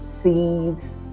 sees